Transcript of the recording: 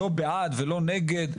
לא בעד ולא נגד.